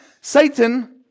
Satan